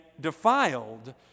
defiled